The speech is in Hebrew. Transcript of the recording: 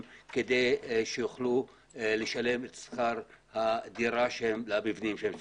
כדי שיוכלו לשלם את שכר הדירה למבנים שהם שוכרים.